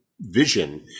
vision